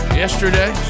yesterday